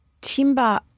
Timber